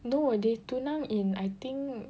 no they tunang in I think